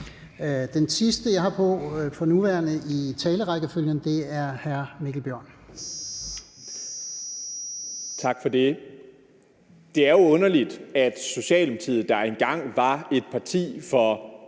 Den sidste, jeg for nuværende har på i talerækken, er hr. Mikkel Bjørn. Kl. 13:24 Mikkel Bjørn (DF): Tak for det. Det er jo underligt, at Socialdemokratiet, der engang var et parti for